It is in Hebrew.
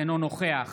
אינו נוכח